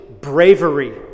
bravery